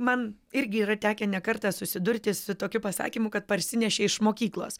man irgi yra tekę ne kartą susidurti su tokiu pasakymu kad parsinešė iš mokyklos